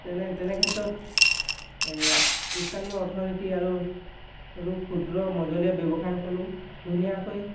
তেনে তেনেক্ষেত্ৰত স্থানীয় অৰ্থনীতি আৰু ৰো ক্ষুদ্ৰ মজলীয়া ব্যৱসায়ীসকলেও ধুনীয়াকৈ